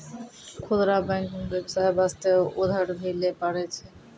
खुदरा बैंक मे बेबसाय बास्ते उधर भी लै पारै छै